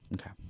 Okay